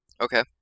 Okay